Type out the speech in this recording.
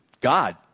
God